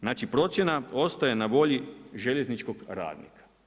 Znači procjena ostaje na volji željezničkog radnika.